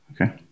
Okay